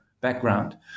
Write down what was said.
background